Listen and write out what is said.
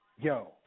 Yo